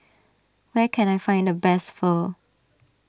where can I find the best Pho